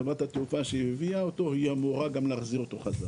חברת התעופה שהביאה אותו היא אמורה גם להחזיר אותו בחזרה.